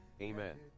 Amen